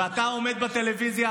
ואתה עומד בטלוויזיה,